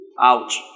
Ouch